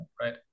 right